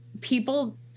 people